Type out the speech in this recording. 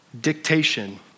dictation